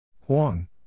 Huang